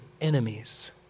enemies